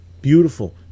Beautiful